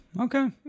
okay